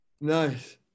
Nice